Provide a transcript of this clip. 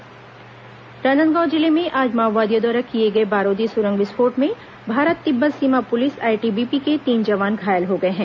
जवान घायल गिरफ्तार राजनादगांव जिले में आज माओवादियों द्वारा किए गए बारूदी सुरंग विस्फोट में भारत तिब्बत सीमा पुलिस आईटीबीपी के तीन जवान घायल हो गए हैं